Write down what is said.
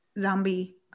zombie